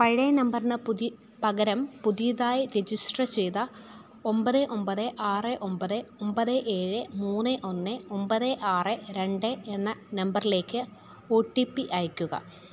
പഴയ നമ്പറിന് പകരം പുതിയതായി രജിസ്റ്റർ ചെയ്ത ഒമ്പത് ഒമ്പത് ആറ് ഒമ്പത് ഒമ്പത് ഏഴ് മൂന്ന് ഒന്ന് ഒമ്പത് ആറ് രണ്ട് എന്ന നമ്പറിലേക്ക് ഓ ട്ടീ പ്പി അയയ്ക്കുക